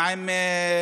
מה עם חיפא?